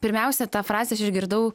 pirmiausia tą frazę aš išgirdau